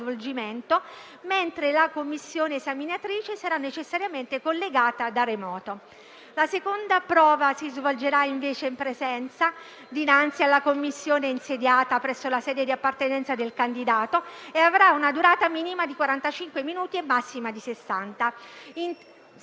svolgimento, mentre la commissione esaminatrice sarà necessariamente collegata da remoto. La seconda prova si svolgerà invece in presenza, dinanzi alla commissione insediata presso la sede di appartenenza del candidato, e avrà una durata minima di quarantacinque minuti e massima di